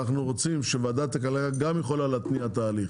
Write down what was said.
אנחנו רוצים שוועדת הכלכלה גם יכולה להתניע תהליך.